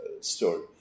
story